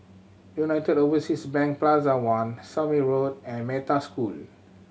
United Overseas Bank Plaza One Somme Road and Metta School